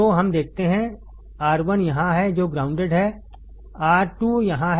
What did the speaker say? तो हम देखते हैं R1यहाँ है जो ग्राउंडेड है R2यहाँ है